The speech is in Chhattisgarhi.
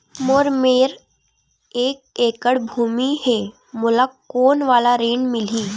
मोर मेर एक एकड़ भुमि हे मोला कोन वाला ऋण मिलही?